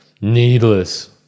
needless